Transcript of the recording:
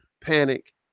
panic